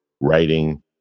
writing